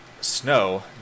Snow